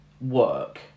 work